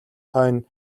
хойно